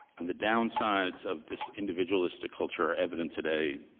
and the downsides of this individualistic culture are evident today.